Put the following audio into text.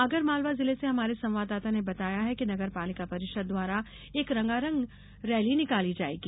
आगरमालवा जिले से हमारे संवाददाता ने बताया है कि नगरपालिका परिषद द्वारा एक रंगारंग गैर निकाली जायेगी